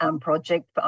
project